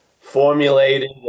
formulated